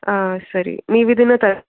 ಹಾಂ ಸರಿ ನೀವಿದನ್ನು